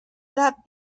that